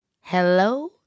Hello